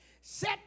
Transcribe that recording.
set